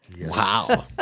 Wow